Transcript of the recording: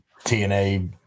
tna